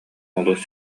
олус